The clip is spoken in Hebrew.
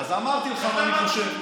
אז אמרתי לך מה אני חושב.